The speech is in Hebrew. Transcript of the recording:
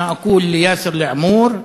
(אומר בערבית: אני אומר ליאסר אלעמור: